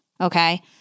okay